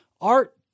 art